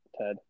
Ted